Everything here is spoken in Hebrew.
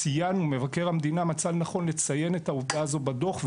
מבקר המדינה מצא לנכון לציין את העובדה הזאת בדוח,